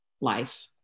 life